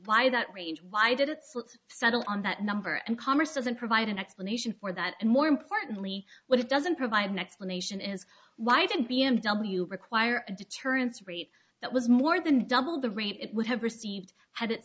why that range why did it so let's settle on that number and congress doesn't provide an explanation for that and more importantly what it doesn't provide an explanation is why did b m w require a deterrence rate that was more than double the rate it would have received had it